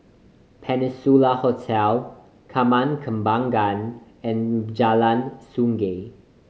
Peninsula Hotel Taman Kembangan and Jalan Sungei